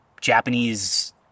Japanese